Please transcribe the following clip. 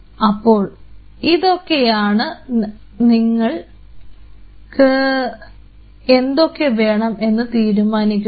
അപ്പോൾ ഇതൊക്കെയാണ് നിങ്ങൾക്ക് എന്തൊക്കെ വേണമെന്ന് തീരുമാനിക്കുന്നത്